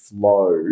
flow